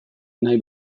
nahi